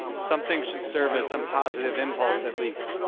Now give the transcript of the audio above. something should serve as some positive impulse at least.